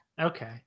Okay